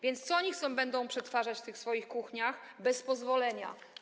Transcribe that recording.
Więc co oni będą przetwarzać w tych swoich kuchniach bez pozwolenia?